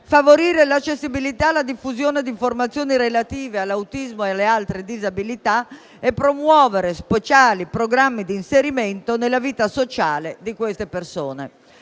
favorire l'accessibilità e la diffusione delle informazioni relative all'autismo e ad altre disabilità; promuovere programmi di inserimento nella vita sociale di queste persone;